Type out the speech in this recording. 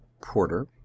Porter